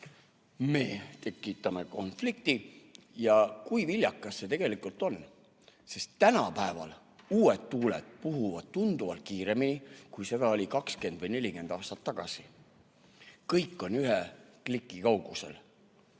Me tekitame konflikti. Kui viljakas see tegelikult on? Sest tänapäeval uued tuuled puhuvad tunduvalt kiiremini kui kakskümmend või nelikümmend aastat tagasi. Kõik on ühe kliki kaugusel.